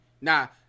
Now